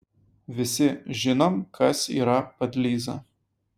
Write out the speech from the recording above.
visi žinom kas yra padlyza